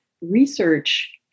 research